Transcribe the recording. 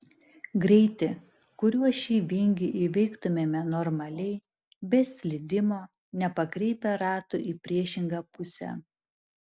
greitį kuriuo šį vingį įveiktumėme normaliai be slydimo nepakreipę ratų į priešingą pusę